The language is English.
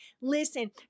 Listen